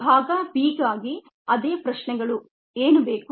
ಭಾಗ b ಗಾಗಿ ಅದೇ ಪ್ರಶ್ನೆಗಳು ಏನು ಬೇಕು